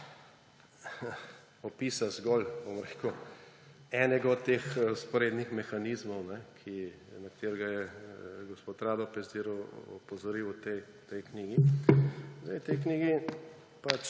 opisa zgolj enega od teh vzporednih mehanizmov, na katerega je gospod Rado Pezdir opozoril v tej knjigi. V tej knjigi pač